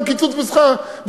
גם קיצוץ בשכל"מ,